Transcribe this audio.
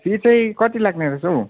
fee चाहिँ कति लाग्ने रहेछ हौ